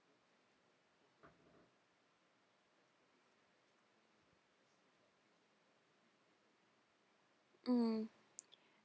mm